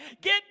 Get